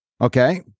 okay